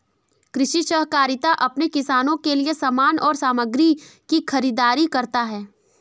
कृषि सहकारिता अपने किसानों के लिए समान और सामग्री की खरीदारी करता है